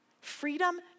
Freedom